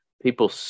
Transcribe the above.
People